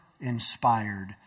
inspired